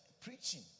preaching